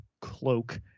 cloak